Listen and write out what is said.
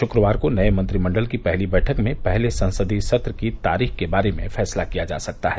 शुक्रवार को नये मंत्रिमण्डल की पहली बैठक में पहले संसदीय सत्र की तारीख के बारे में फैसला किया जा सकता है